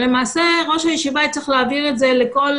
למעשה ראש הישיבה יצטרך להעביר את זה לכל